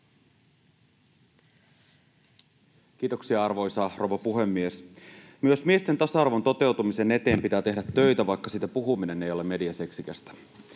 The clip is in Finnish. Kiitoksia, arvoisa rouva puhemies! Myös miesten tasa-arvon toteutumisen eteen pitää tehdä töitä, vaikka siitä puhuminen ei ole mediaseksikästä.